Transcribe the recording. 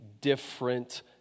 different